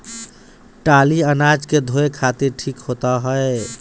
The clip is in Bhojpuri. टाली अनाज के धोए खातिर ठीक होत ह